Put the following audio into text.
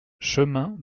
chemin